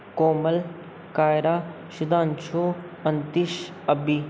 Komal Kaira Sudhanshu Pantish Abi